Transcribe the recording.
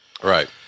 right